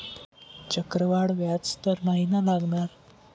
चक्रवाढ व्याज तर नाही ना लागणार?